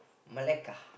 Melaka